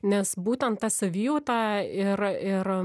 nes būtent ta savijauta ir ir